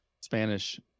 spanish